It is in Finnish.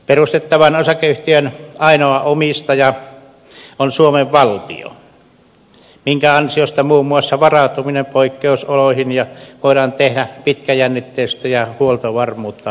perustettavan osakeyhtiön ainoa omistaja on suomen valtio minkä ansiosta muun muassa varautuminen poikkeusoloihin voidaan tehdä pitkäjännitteisyyttä ja huoltovarmuutta vaarantamatta